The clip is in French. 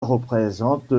représente